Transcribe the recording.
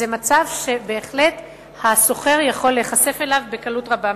זה מצב שבהחלט הסוחר יכול להיחשף אליו בקלות רבה מאוד.